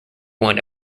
one